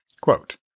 Quote